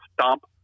stomp